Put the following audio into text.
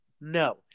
No